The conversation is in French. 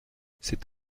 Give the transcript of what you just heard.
c’est